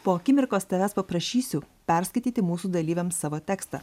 po akimirkos tavęs paprašysiu perskaityti mūsų dalyviams savo tekstą